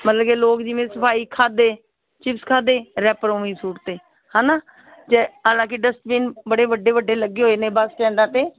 ਮਤਲਬ ਕਿ ਲੋਕ ਜਿਵੇਂ ਸਫਾਈ ਖਾਧੇ ਚਿਪਸ ਖਾਧੇ ਰੈਪਰ ਉਵੇਂ ਹੀ ਸੁੱਟ ਦਿੱਤੇ ਹੈ ਨਾ ਅਤੇ ਹਾਲਾਂਕਿ ਡਸਟਬੀਨ ਬੜੇ ਵੱਡੇ ਵੱਡੇ ਲੱਗੇ ਹੋਏ ਨੇ ਬਸ ਸਟੈਂਡਾਂ 'ਤੇ